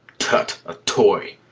tut! a toy!